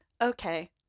okay